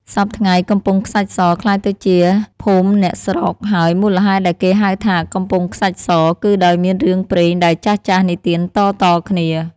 សព្វថ្ងៃ កំពង់ខ្សាច់ស ក្លាយទៅជាភូមិអ្នកស្រុក ហើយមូលហេតុដែលគេហៅថា “កំពង់ខ្សាច់ស” គឺដោយមានរឿងព្រេងដែលចាស់ៗនិទានតៗគ្នា។